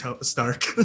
Stark